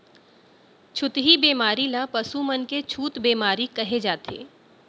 छुतही बेमारी ल पसु मन के छूत बेमारी कहे जाथे